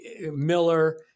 Miller